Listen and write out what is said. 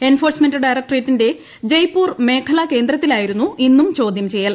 enforcement ഡയറക്ടറേറ്റിന്റെ ജയ്പൂർ മേഖല കേന്ദ്രത്തിലായിരുന്നു ഇന്നും ചോദ്യം ചെയ്യൽ